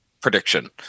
prediction